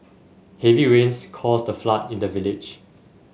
heavy rains caused a flood in the village